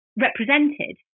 represented